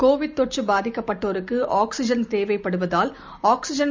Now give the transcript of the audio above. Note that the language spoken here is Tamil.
கோவிட் தொற்றுபாதிக்கப்பட்டோருக்கு ஆக்ஸிஜன் தேவைப்படுவதால் ஆக்ஸிஜன்